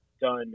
done